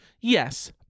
yes